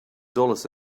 dollars